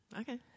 Okay